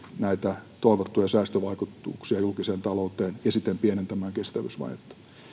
näitä toivottuja säästövaikutuksia julkiseen talouteen ja siten pienentämään kestävyysvajetta